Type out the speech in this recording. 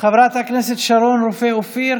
חברת הכנסת שרון רופא אופיר,